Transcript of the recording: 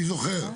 אני זוכר.